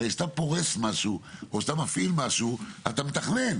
הרי כשאתה פורס משהו או כשאתה מפעיל משהו אתה מתכנן